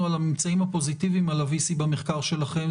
על הממצאים הפוזיטיביים על ה-VC במחקר שלכם,